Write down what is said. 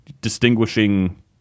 distinguishing –